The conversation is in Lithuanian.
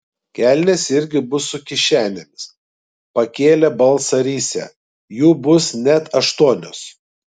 kelnės irgi bus su kišenėmis pakėlė balsą risią jų bus net aštuonios